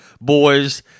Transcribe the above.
boys